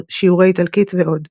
שיעורי איטלקית ועוד.